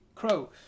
crow